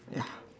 ya